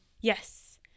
yes